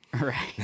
Right